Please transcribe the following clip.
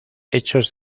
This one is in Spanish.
hechos